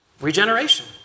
regeneration